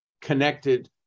connected